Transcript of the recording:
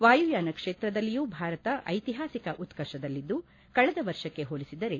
ವಾಯುಯಾನ ಕ್ಷೇತ್ರದಲ್ಲಿಯೂ ಭಾರತ ಐತಿಹಾಸಿಕ ಉತ್ಕರ್ಷದಲ್ಲಿದ್ದು ಕಳೆದ ವರ್ಷಕ್ಕೆ ಹೋಲಿಸಿದರೆ